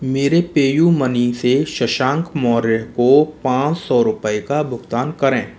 मेरे PayU money से शशांक मौर्य को पाँच सौ रुपये का भुगतान करें